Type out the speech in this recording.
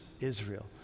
Israel